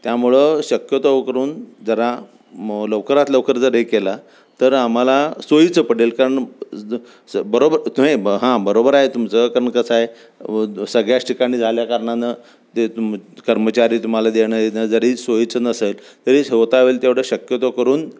त्यामुळं शक्यतो करून जरा लवकरात लवकर जरी केला तर आम्हाला सोयीचं पडेल कारण जर बरोबर तुम्ही हां बरोबर आहे तुमचं कारण कसं आहे सगळ्याच ठिकाणी झाल्याकारणानं ते तुम कर्मचारी तुम्हाला देणं येणं जरी सोयीचं नसेल तरी होता होईल तेवढं शक्यतो करून